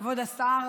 כבוד השר,